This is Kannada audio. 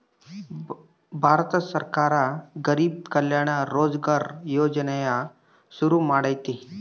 ಭಾರತ ಸರ್ಕಾರ ಗರಿಬ್ ಕಲ್ಯಾಣ ರೋಜ್ಗರ್ ಯೋಜನೆನ ಶುರು ಮಾಡೈತೀ